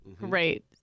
Great